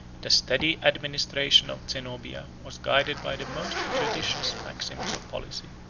the steady administration of zenobia was guided by the most judicious maxims of policy.